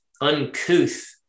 uncouth